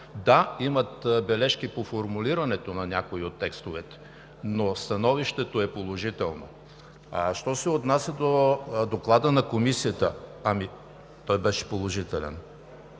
Да, имат бележки по формулирането на някои от текстовете, но становището е положително. А що се отнася до Доклада на Комисията – ами той беше положителен.